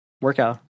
workout